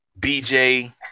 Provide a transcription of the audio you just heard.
BJ